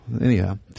anyhow